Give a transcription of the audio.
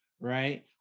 right